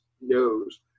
knows